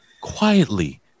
quietly